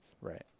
Right